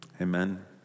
Amen